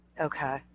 Okay